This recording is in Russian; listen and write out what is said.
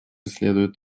следует